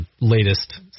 latest